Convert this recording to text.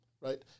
right